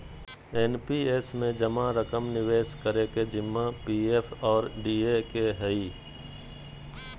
NPS में जमा रकम निवेश करे के जिम्मा पी.एफ और डी.ए के हइ